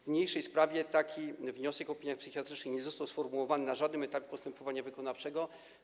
W niniejszej sprawie taki wniosek o opiniach psychiatrycznych nie został sformułowany na żadnym etapie postępowania wykonawczego.